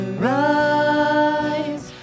Rise